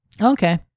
Okay